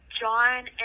John